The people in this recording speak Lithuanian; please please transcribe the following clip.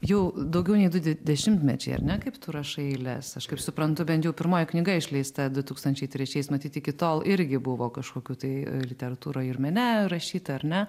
jau daugiau nei du de dešimtmečiai ar ne kaip tu rašai eiles aš kaip suprantu bent jau pirmoji knyga išleista du tūkstančiai trečiais matyt iki tol irgi buvo kažkokių tai literatūra ir mene rašyta ar ne